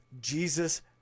Jesus